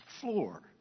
floor